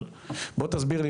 אבל בוא תסביר לי,